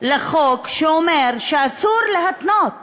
לחוק שאומר שאסור להתנות